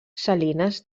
salines